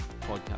podcast